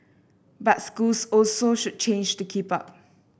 but schools also should change to keep up